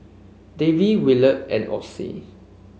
Davey Williard and Ocie